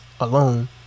alone